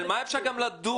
על מה אפשר לדון?